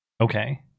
Okay